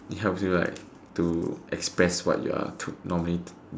it helps you like to express what you are to normally